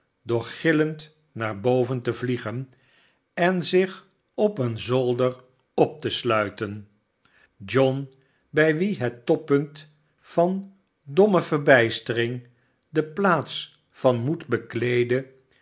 door gillend naar boven te vhegen en zich op een zolder op te sluiten john by wien het toppunt van domme verbijstering de plaats van moed bekleedde